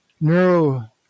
neuro